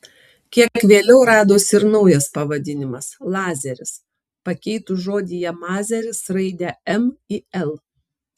kiek vėliau radosi ir naujas pavadinimas lazeris pakeitus žodyje mazeris raidę m į l